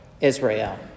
Israel